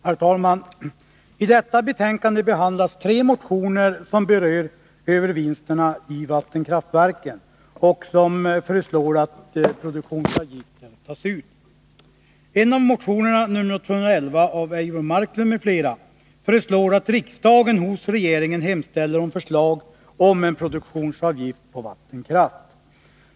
Herr talman! I detta betänkande behandlas tre motioner, som berör övervinsterna i vattenkraftverken och i vilka föreslås att produktionsavgifter tas ut. I en av motionerna, nr 211 av Eivor Marklund m.fl., föreslås att riksdagen hos regeringen hemställer om förslag om en produktionsavgift på vattenkraft.